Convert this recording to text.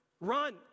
run